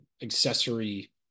accessory